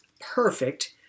perfect